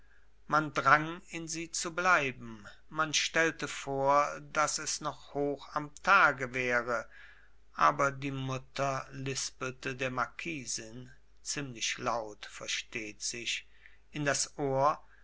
man drang in sie zu bleiben man stellte vor daß es noch hoch am tage wäre aber die mutter lispelte der marquisin ziemlich laut versteht sich in das ohr